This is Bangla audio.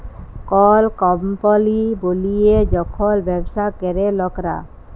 কল কম্পলি বলিয়ে যখল ব্যবসা ক্যরে লকরা